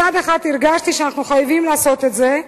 מצד אחד הרגשתי שאנחנו שחייבים לעשות את זה,